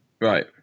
Right